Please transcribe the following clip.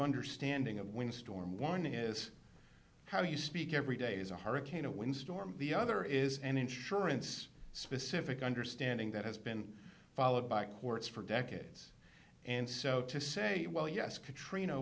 understanding of wind storm warning is how you speak every day is a hurricane a wind storm the other is an insurance specific understanding that has been followed by courts for decades and so to say well yes katrina